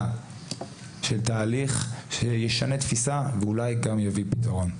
של תהליך שישנה תפיסה ואולי גם יביא פתרון.